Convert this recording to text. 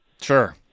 sure